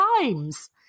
times